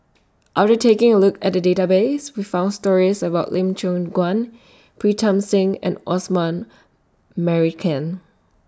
after taking A Look At The Database We found stories about Lim Siong Guan Pritam Singh and Osman Merican